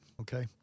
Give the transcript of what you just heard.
Okay